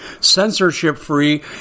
censorship-free